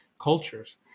cultures